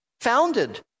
founded